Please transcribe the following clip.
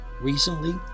Recently